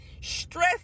stress